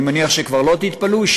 אני מניח שכבר לא תתפלאו,